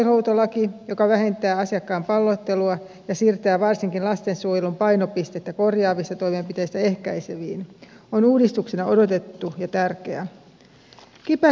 sosiaalihuoltolaki joka vähentää asiakkaan pallottelua ja siirtää varsinkin lastensuojelun painopistettä korjaavista toimenpiteistä ehkäiseviin on uudistuksena odotettu ja tärkeä